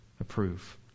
approve